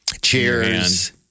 Cheers